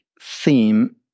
theme